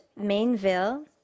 Mainville